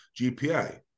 GPA